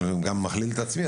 אני גם מחליל את עצמי,